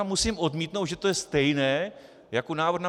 Musím odmítnout, že to je stejné jako návrh na pivo.